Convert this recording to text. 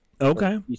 Okay